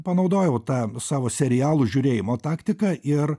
panaudojau tą savo serialų žiūrėjimo taktiką ir